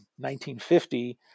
1950